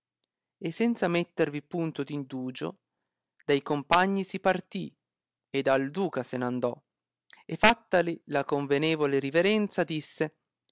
e senza mettervi punto d indugio da i compagni si partì ed al duca se n andò e fattali la convenevole riverenza disse